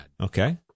Okay